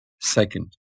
Second